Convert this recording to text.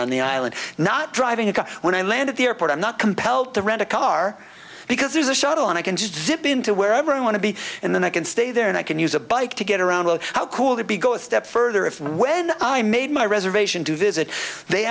on the island not driving a car when i land at the airport i'm not compelled to rent a car because there's a shuttle and i can just zip into wherever i want to be in the neck and stay there and i can use a bike to get around oh how cool that we go a step further if and when i made my reservation to visit they